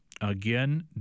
Again